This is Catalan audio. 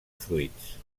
fruits